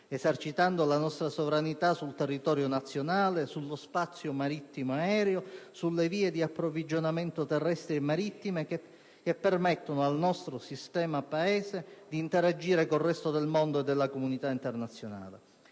esercitando la nostra sovranità sul territorio nazionale, sullo spazio marittimo ed aereo, sulle vie di approvvigionamento terrestri e marittime che permettono al nostro sistema Paese di interagire col resto del mondo e della comunità internazionale.